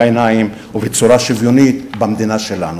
העיניים ובצורה שוויונית במדינה שלנו.